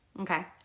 Okay